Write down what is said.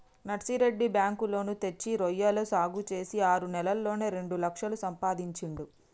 Narsireddy bank loan తెచ్చి రొయ్యల సాగు చేసి ఆరు నెలల్లోనే రెండు లక్షలు సంపాదించిండు